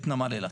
את נמל אילת.